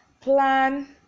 plan